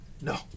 No